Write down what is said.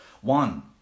one